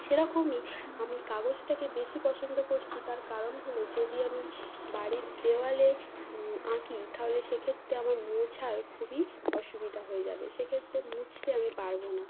সেরকমই আমি কাগজটাকে বেশি পছন্দ করছি তার কারণ হল যদি আমি বাড়ির দেওয়ালে আঁকি তাহলে সেক্ষেত্রে আমার মোছার খুবই অসুবিধা হয়ে যাবে সেক্ষেত্রে মুছতে আমি পারব না